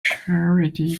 charity